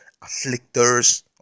afflictors